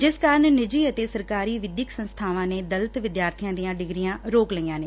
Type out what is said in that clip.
ਜਿਸ ਕਾਰਨ ਨਿੱਜੀ ਅਤੇ ਸਰਕਾਰੀ ਵਿਦਿਅਕ ਸੰਸਥਾਵਾਂ ਨੇ ਗਰੀਬ ਵਿਦਿਆਰਥੀਆਂ ਦੀਆਂ ਡਿਗਰੀਆਂ ਰੋਕ ਲਈਆਂ ਨੇ